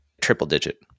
triple-digit